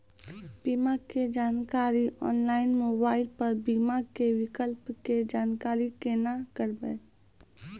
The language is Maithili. बीमा के जानकारी ऑनलाइन मोबाइल पर बीमा के विकल्प के जानकारी केना करभै?